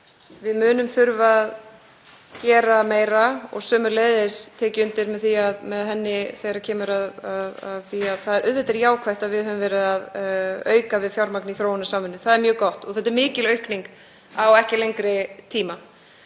Við munum þurfa að gera meira. Sömuleiðis tek ég undir með henni þegar kemur að því að auðvitað er jákvætt að við höfum verið að auka við fjármagn í þróunarsamvinnu. Það er mjög gott og þetta er mikil aukning á ekki lengri tíma.